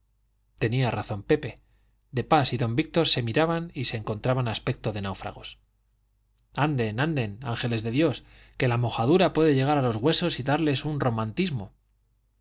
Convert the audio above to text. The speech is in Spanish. tenía razón pepe de pas y don víctor se miraban y se encontraban aspecto de náufragos anden anden ángeles de dios que la mojadura puede llegar a los huesos y darles un romantismo